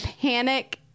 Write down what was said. panic